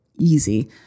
easy